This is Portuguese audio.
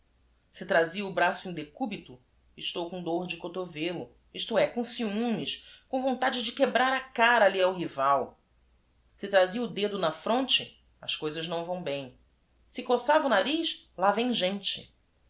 e trazia o braço em decubito estou com dor de cotovelo isto é com ciúmes com vontade de quebrar e cara a l l i ao r i v a l e trazia o dedo na fronte as coisas não vão bem e coçava o nariz á vem gente